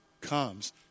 comes